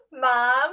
Mom